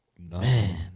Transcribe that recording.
man